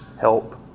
help